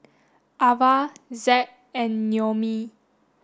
Avah Zack and Noemie